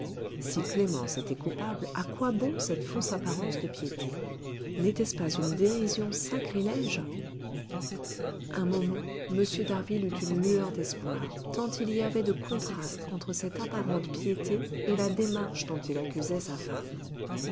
si clémence était coupable à quoi bon cette fausse apparence de piété n'était-ce pas une dérision sacrilège un moment m d'harville eut une lueur d'espoir tant il y avait de contraste entre cette apparente piété et la démarche dont il accusait sa femme